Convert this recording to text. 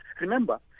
remember